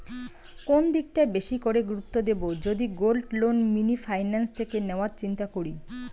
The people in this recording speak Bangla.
কোন দিকটা বেশি করে গুরুত্ব দেব যদি গোল্ড লোন মিনি ফাইন্যান্স থেকে নেওয়ার চিন্তা করি?